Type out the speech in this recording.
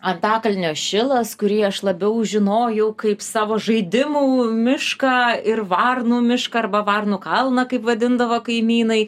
antakalnio šilas kurį aš labiau žinojau kaip savo žaidimų mišką ir varnų mišką arba varnų kalną kaip vadindavo kaimynai